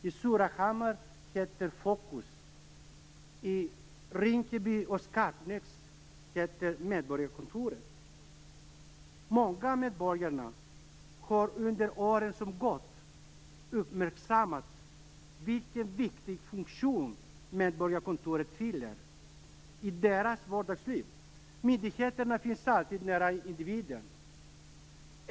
I Surahammar heter det Många medborgare har under åren som gått uppmärksammat vilken viktig funktion medborgarkontoret fyller i deras vardagsliv. Myndigheterna finns alltid nära individen.